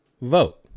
vote